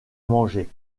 manger